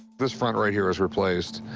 this front right here is replaced.